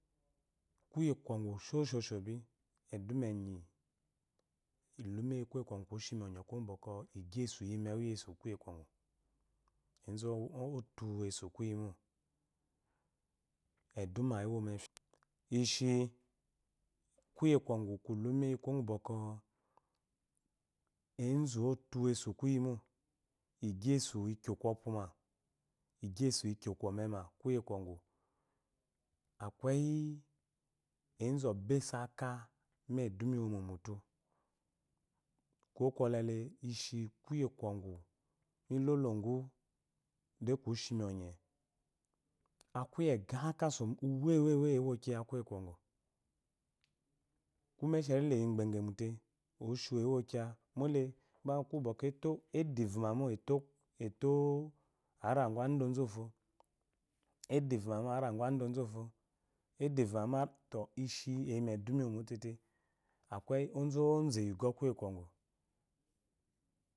Kuye keɔgu shoshoshobi eduma enyi ilumeyi kuyekwɔgu ku shimi ɔnye kuwo gu bwɔkwɔ igayesu iyimegu yesu kuye kwɔgu ezu oyuesu kuyi mo eduma iyo moi ishi kuye kwɔgu kutumi eyi kuwo gɔkwɔ ezu otuesu kuyi mo igyesu ikokwɔpuma igyieju ikokwɔmema kuye kwɔgu akeyi ezu ɔbwɔesu aka yi eduma iwomo mutu kuwo kwɔlele ishi kuye kwɔgy miyesegu de kushimi ɔnye aku ye ga uwewe ewokiya kuye kwɔgu ko uwewe ewo kiya kuye kwɔgu ko umesheri leyi gbegemute oshiwu qwokiya mole gba aku we do ivuma mro eto arala gu ozufo edevuma ishi eyimeduma iwonro tete eyi ugɔ kuye kwɔ gu.